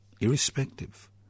irrespective